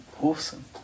awesome